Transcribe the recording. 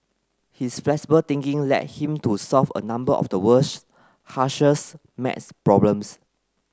his flexible thinking led him to solve a number of the world's maths problems